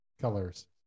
colors